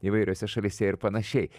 įvairiose šalyse ir panašiai